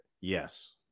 yes